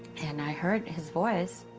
and i heard his voice.